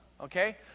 okay